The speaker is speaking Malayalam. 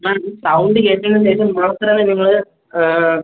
ആ ഈ സൗണ്ട് കേട്ടതിന് ശേഷം മാത്രമേ നിങ്ങൾ